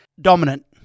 Dominant